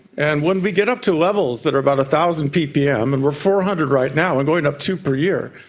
and when we get up to levels that are about one thousand ppm, and we are four hundred right now and going up two per year,